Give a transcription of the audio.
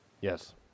Yes